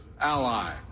ally